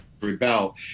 Rebel